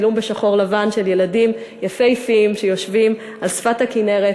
צילום בשחור-לבן של ילדים יפהפיים שיושבים על שפת הכינרת.